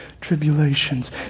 tribulations